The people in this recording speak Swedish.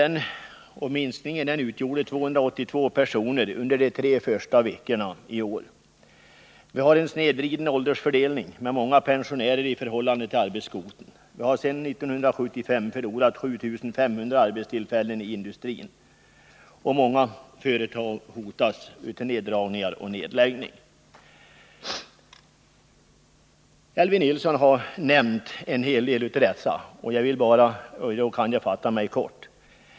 Minskningen utgjorde 282 personer under de tre första veckorna i år. Vi har en snedvriden åldersfördelning med många pensionärer i förhållande till arbetskvoten. Vi har sedan 1975 förlorat 7 500 arbetstillfällen i industrin. Många företag hotas av neddragningar och nedläggning. Elvy Nilsson har nämnt en hel del av dessa företag, och därför kan jag fatta mig kort.